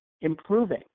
improving